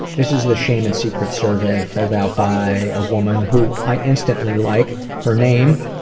this is the shame and secrets survey filled out by a woman who i instantly like. her name?